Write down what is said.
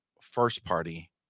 first-party